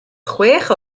chwech